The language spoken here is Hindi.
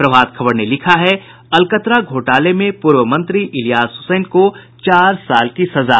प्रभात खबर ने लिखा है अलकतरा घोटाले में पूर्व मंत्री इलियास हुसैन को चार साल की सजा